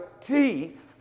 teeth